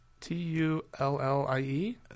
T-U-L-L-I-E